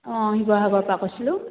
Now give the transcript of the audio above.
অঁ শিৱসাগৰৰ পৰা কৈছিলোঁ